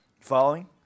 Following